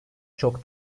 çok